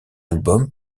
albums